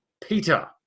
Peter